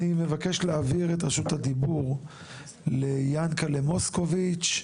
אני מבקש להעביר את רשות הדיבור ליענקלה מוסקוביץ׳,